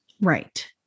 Right